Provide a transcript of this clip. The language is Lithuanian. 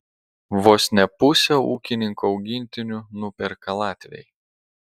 vos ne pusę ūkininko augintinių nuperka latviai